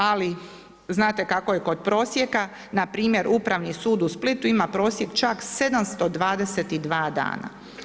Ali, znate kako je kod prosijeku, npr. Upravni sud u Splitu, ima prosjek čak 722 dana.